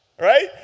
right